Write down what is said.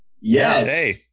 Yes